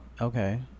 Okay